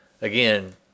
Again